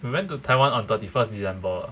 we went to taiwan on thirty first december